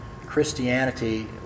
Christianity